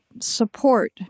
support